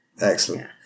Excellent